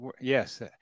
yes